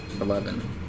eleven